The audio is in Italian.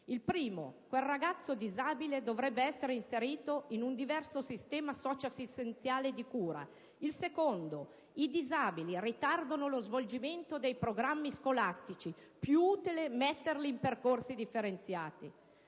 «quel ragazzo disabile dovrebbe essere inserito in un diverso sistema socio-assistenziale di cura». In base alla seconda «i disabili ritardano lo svolgimento dei programmi scolastici. Più utile metterli in percorsi differenziati».